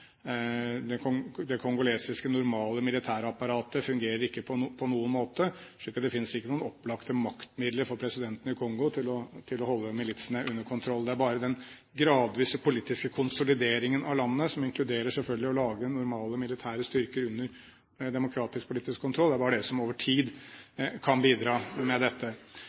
gigantisk land. Det kongolesiske, normale militærapparatet fungerer ikke på noen måte, slik at det finnes ikke noen opplagte maktmidler for presidenten i Kongo til å holde militsene uten kontroll. Det er bare den gradvise politiske konsolideringen av landet, som selvfølgelig inkluderer å lage normale, militære styrker under demokratisk, politisk kontroll, som over tid kan bidra til dette.